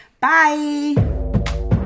Bye